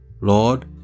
Lord